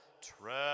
tremble